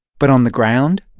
but on the ground.